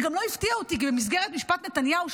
זה גם לא הפתיע אותי כי במסגרת משפט נתניהו,